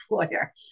employer